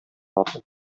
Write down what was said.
атлый